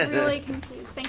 ah really confused.